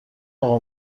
اقا